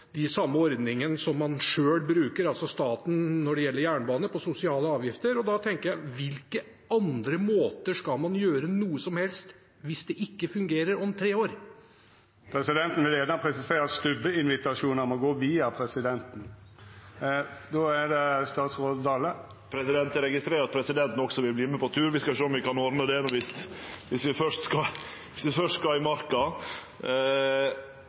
de samme ordningene for sosiale avgifter som man selv – altså staten – bruker når det gjelder jernbanen. Da tenker jeg: På hvilke andre måter skal man gjøre noe som helst hvis det ikke fungerer om tre år? Presidenten vil gjerne presisera at «stubbeinvitasjonar» må gå via presidenten. Eg registrerer at presidenten også vil vere med på tur. Vi skal sjå om vi kan ordne det viss vi først skal i marka. Eg trur likevel at dei endringane vi